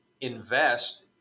invest